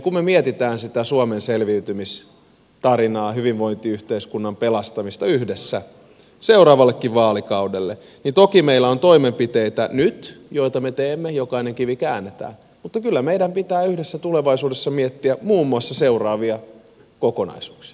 kun me mietimme sitä suomen selviytymistarinaa hyvinvointiyhteiskunnan pelastamista yhdessä seuraavallekin vaalikaudelle niin toki meillä on toimenpiteitä nyt joita me teemme jokainen kivi käännetään mutta kyllä meidän pitää yhdessä tulevaisuudessa miettiä muun muassa seuraavia kokonaisuuksia